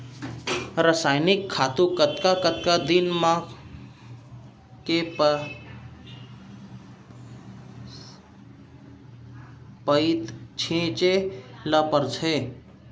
रसायनिक खातू कतका कतका दिन म, के पइत छिंचे ल परहि?